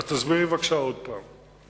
אז תסבירי בבקשה עוד פעם.